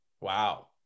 Wow